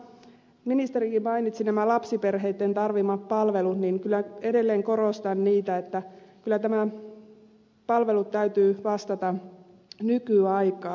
ministerikin mainitsi nämä lapsiperheitten tarvitsemat palvelut ja edelleen korostan niitä eli kyllä palveluiden täytyy vastata nykyaikaa